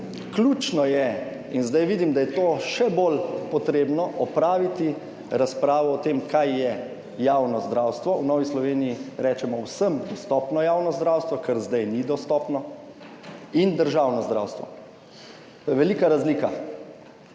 ključno je, in zdaj vidim, da je to še bolj potrebno, opraviti razpravo o tem, kaj je javno zdravstvo. V Novi Sloveniji rečemo, vsem dostopno javno zdravstvo, kar zdaj ni dostopno, in državno zdravstvo, to je velika razlika.